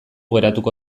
geratuko